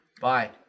Bye